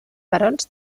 barons